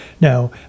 Now